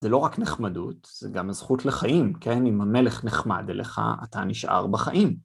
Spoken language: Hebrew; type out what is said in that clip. זה לא רק נחמדות, זה גם הזכות לחיים, כן? אם המלך נחמד אליך, אתה נשאר בחיים.